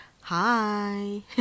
hi